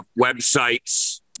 Websites